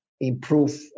improve